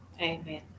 Amen